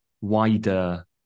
wider